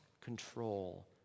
control